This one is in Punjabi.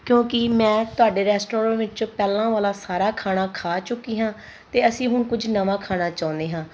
ਕਿਉਂਕਿ ਮੈਂ ਤੁਹਾਡੇ ਰੈਸਟੋਰੈਚ ਵਿੱਚ ਪਹਿਲਾਂ ਵਾਲਾ ਸਾਰਾ ਖਾਣਾ ਖਾ ਚੁੱਕੀ ਹਾਂ ਅਤੇ ਅਸੀਂ ਹੁਣ ਕੁਝ ਨਵਾਂ ਖਾਣਾ ਚਾਹੁੰਦੇ ਹਾਂ